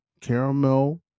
caramel